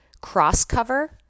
cross-cover